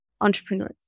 entrepreneurs